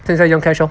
剩下用 cash lor